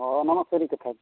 ᱦᱮᱸ ᱚᱱᱟᱢᱟ ᱥᱟᱹᱨᱤ ᱠᱟᱛᱷᱟ ᱜᱮ